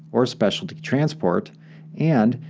or specialty transport and,